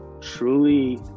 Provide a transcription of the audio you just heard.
truly